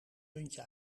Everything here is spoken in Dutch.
muntje